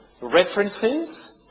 references